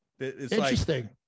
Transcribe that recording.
Interesting